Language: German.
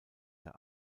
der